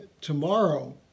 Tomorrow